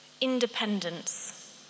independence